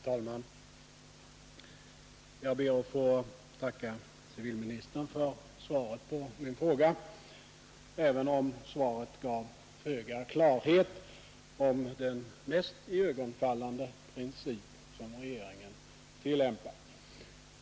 Herr talman! Jag ber att få tacka civilministern för svaret på min fråga, även om det gav föga klarhet om den mest iögonfallande princip som regeringen tillämpat.